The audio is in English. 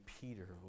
Peter